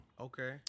Okay